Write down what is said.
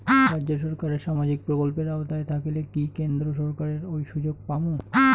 রাজ্য সরকারের সামাজিক প্রকল্পের আওতায় থাকিলে কি কেন্দ্র সরকারের ওই সুযোগ পামু?